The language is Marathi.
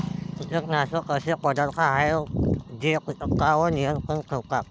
कीटकनाशके असे पदार्थ आहेत जे कीटकांवर नियंत्रण ठेवतात